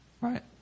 Right